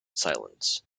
silence